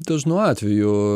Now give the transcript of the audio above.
dažnu atveju